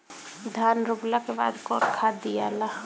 धान रोपला के बाद कौन खाद दियाला?